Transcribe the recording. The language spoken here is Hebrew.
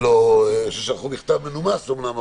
ששלחו מכתב מנומס אומנם,